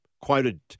quoted